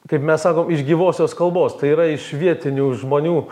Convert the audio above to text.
kaip mes sakom iš gyvosios kalbos tai yra iš vietinių žmonių